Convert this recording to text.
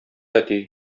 әти